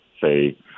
say